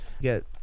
get